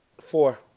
Four